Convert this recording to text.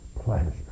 pleasure